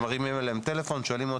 מתקשרים אליהן,